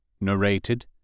Narrated